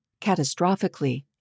catastrophically